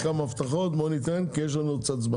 לטובת החקלאים והחקלאות; אני יודע את זה.